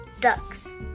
ducks